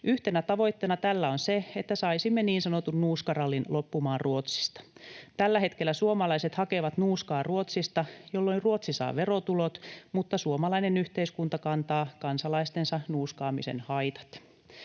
Yhtenä tavoitteena tällä on se, että saisimme niin sanotun nuuskarallin loppumaan Ruotsista. Tällä hetkellä suomalaiset hakevat nuuskaa Ruotsista, jolloin Ruotsi saa verotulot mutta suomalainen yhteiskunta kantaa kansalaistensa nuuskaamisen haitat.